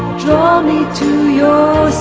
draw me to your